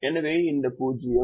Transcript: எனவே இந்த 0 போகும்